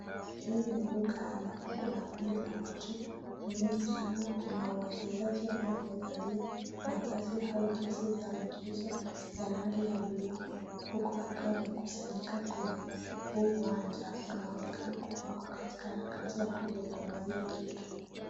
Huu ni uga ambako kuna kundi la watu wengi sana kuna wachezaji ambao wamevalia mavazi au jezi za mchezo ya rangi ya buluu huku wakiwa wamekusanyika kwa hii uwanja wanaonekana wako katika harakati ya kuzungumzia kitu.